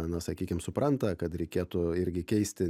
na sakykim supranta kad reikėtų irgi keisti